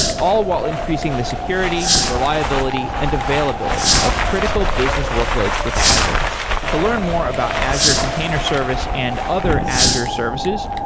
all while increasing the security, reliability and availability of critical business workloads with azure to learn more about azure container service and other azure services,